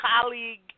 colleague